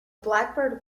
blackbird